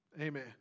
Amen